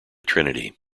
trinity